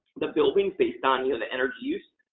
the buildings based on you know the energy use.